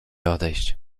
odejść